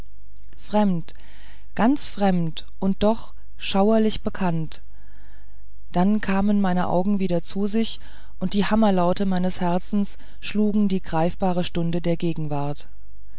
fremd ganz fremd und doch so schauerlich bekannt dann kamen meine augen wieder zu sich und die hammerlaute meines herzens schlugen die greifbare stunde der gegenwart